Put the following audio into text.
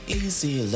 easy